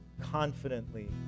confidently